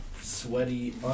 sweaty